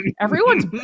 everyone's